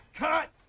cut!